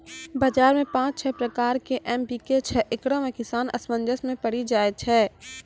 बाजार मे पाँच छह प्रकार के एम.पी.के छैय, इकरो मे किसान असमंजस मे पड़ी जाय छैय?